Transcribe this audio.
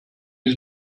his